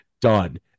Done